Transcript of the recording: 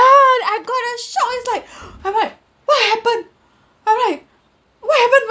yeah and I got a shock it's like I'm like what happened I'm like what happened